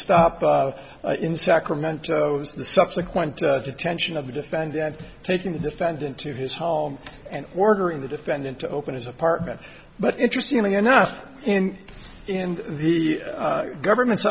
stop in sacramento the subsequent detention of the defendant taking the defendant to his home and ordering the defendant to open his apartment but interestingly enough in in the government's